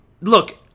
Look